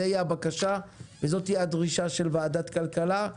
זו תהיה הבקשה וזו תהיה הדרישה של ועדת הכלכלה.